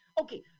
Okay